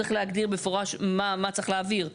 צריך להגדיר במפורש מה צריך להעביר,